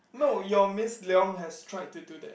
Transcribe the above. no your miss Leong has tried to do that